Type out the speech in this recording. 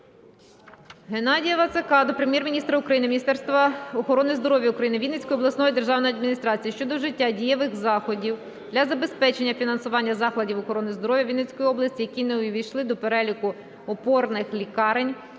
Геннадія Вацака до Прем'єр-міністра України, Міністерства охорони здоров'я України, Вінницької обласної державної адміністрації щодо вжиття дієвих заходів для забезпечення фінансування закладів охорони здоров'я Вінницької області, які не увійшли до переліку опорних лікарень